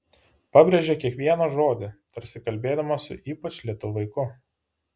pabrėžė kiekvieną žodį tarsi kalbėdama su ypač lėtu vaiku